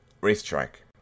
racetrack